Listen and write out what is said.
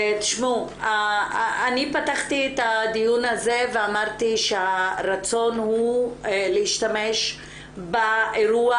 אני פתחתי את הדיון הזה ואמרתי שהרצון הוא להשתמש באירוע